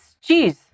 cheese